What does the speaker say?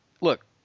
look